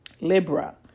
Libra